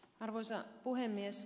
arvoisa puhemies